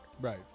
Right